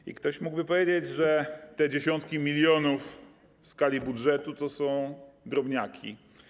I ktoś mógłby powiedzieć, że te dziesiątki milionów w skali budżetu to są drobniaki.